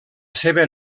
seva